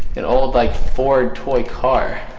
an old like ford toy car,